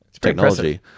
technology